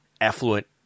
affluent